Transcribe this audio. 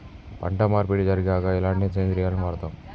పంట మార్పిడి జరిగాక ఎలాంటి సేంద్రియాలను వాడుతం?